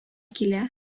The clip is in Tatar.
килә